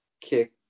kick